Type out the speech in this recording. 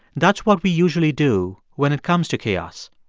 that's what we usually do when it comes to chaos.